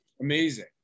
amazing